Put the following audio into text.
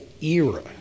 era